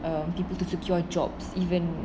um people to secure jobs even